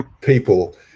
people